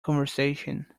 conversation